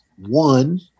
One